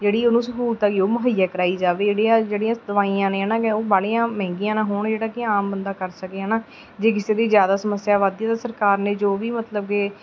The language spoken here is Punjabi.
ਜਿਹੜੀ ਉਹਨੂੰ ਸਹੂਲਤ ਹੈਗੀ ਉਹ ਮੁਹੱਈਆ ਕਰਾਈ ਜਾਵੇ ਜਿਹੜੀ ਆ ਜਿਹੜੀਆਂ ਦਵਾਈਆਂ ਨੇ ਹੈ ਨਾ ਉਹ ਬਾਹਲੀਆਂ ਮਹਿੰਗੀਆਂ ਨਾ ਹੋਣ ਜਿਹੜਾ ਕਿ ਆਮ ਬੰਦਾ ਕਰ ਸਕੇ ਹੈ ਨਾ ਜੇ ਕਿਸੇ ਦੀ ਜ਼ਿਆਦਾ ਸਮੱਸਿਆ ਵੱਧਦੀ ਹੈ ਸਰਕਾਰ ਲਈ ਜੋ ਵੀ ਮਤਲਬ ਕਿ